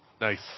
Nice